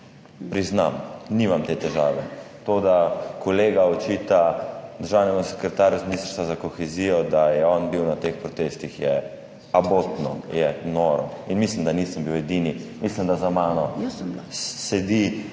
Priznam. Nimam te težave. To, da kolega očita državnemu sekretarju z ministrstva za kohezijo, da je on bil na teh protestih, je abotno, je noro. In mislim, da nisem bil edini, mislim, da poleg